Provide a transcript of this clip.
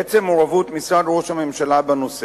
עצם המעורבות של משרד ראש הממשלה בנושא